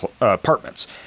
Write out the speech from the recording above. apartments